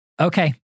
Okay